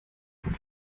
von